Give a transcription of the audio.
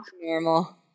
Normal